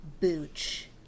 booch